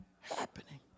happening